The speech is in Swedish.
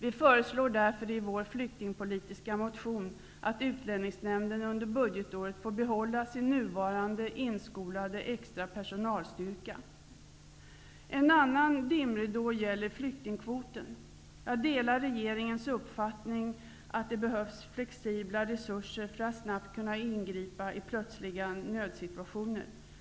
Vi föreslår därför i i vår flyktingpolitiska motion att Utlänningsnämnden under budgetåret får behålla sin nuvarande inskolade extra perso nalstyrka. En annan dimridå gäller flyktingkvoten. Jag de lar regeringens uppfattning att det behövs flexibla resurser för att snabbt kunna ingripa i plötsliga nödsituationer.